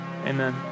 Amen